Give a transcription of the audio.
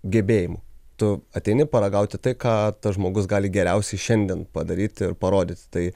gebėjimų tu ateini paragauti tai ką tas žmogus gali geriausiai šiandien padaryti ir parodyti tai